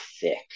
thick